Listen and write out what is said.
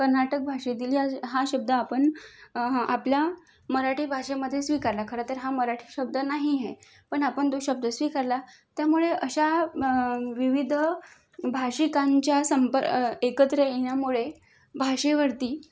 कर्नाटक भाषे दिली अस हा शब्द आपण आपल्या मराठी भाषेमधे स्वीकारला खरंतर हा मराठी शब्द नाही आहे पण आपण तो शब्द स्वीकारला त्यामुळे अशा विविध भाषिकांच्या संप एकत्र येण्यामुळे भाषेवरती